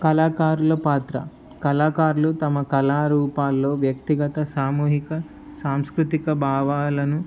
కళాకారుల పాత్ర కళాకారులు తమ కళారూపల్లో వ్యక్తిగత సామూహిక సాంస్కృతిక భావాలను